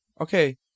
Okay